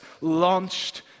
launched